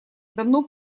давно